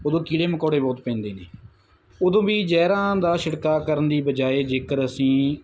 ਉਦੋਂ ਕੀੜੇ ਮਕੌੜੇ ਬਹੁਤ ਪੈਂਦੇ ਨੇ ਉਦੋਂ ਵੀ ਜਹਿਰਾਂ ਦਾ ਛਿੜਕਾਅ ਕਰਨ ਦੀ ਬਜਾਏ ਜੇਕਰ ਅਸੀਂ